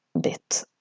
bit